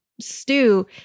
stew